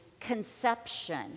conception